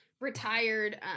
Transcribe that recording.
retired